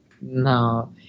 No